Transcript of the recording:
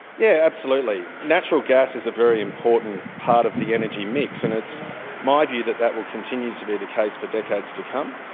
yeah, absolutely. natural gas is a very important part of the energy mix and it's my view that that will continue to be the case for decades to come.